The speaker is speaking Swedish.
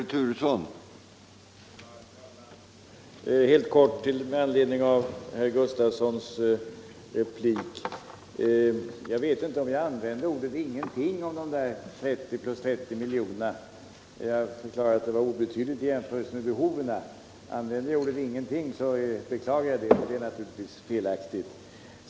Herr talman! Helt kort med anledning av herr Gustafsons i Göteborg replik. Såvitt jag minns förklarade jag att summan var obetydlig i jämförelse med behoven. Använde jag ordet ”ingenting” beklagar jag det. Det är naturligtvis felaktigt.